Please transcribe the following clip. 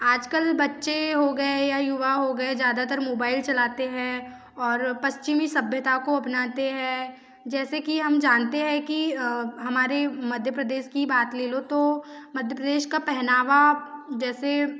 आज कल बच्चे हो गएं या युवा हो गएं ज़्यादातर मोबाइल चलाते हैं और पश्चिमी सभ्यता को अपनाते हैं जैसे कि हम जानते हैं कि हमारे मध्य प्रदेश की बात ले लो तो मध्य प्रदेश का पहनावा जैसे